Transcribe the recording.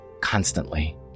constantly